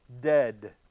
dead